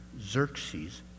Xerxes